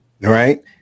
right